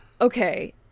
okay